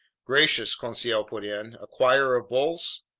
gracious, conseil put in, a choir of bulls?